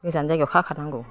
गोजान जायगायाव खाखानांगौ